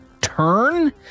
turn